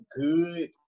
good